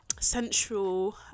central